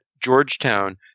Georgetown